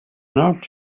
not